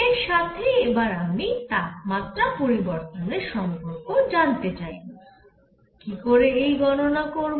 এর সাথেই এবার আমি তাপমাত্রা পরিবর্তনের সম্পর্ক জানতে চাইব কি করে এই গণনা করব